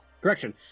Correction